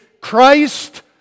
Christ